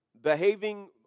behaving